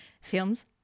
Films